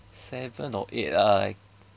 seven or eight ah